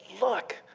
look